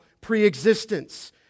preexistence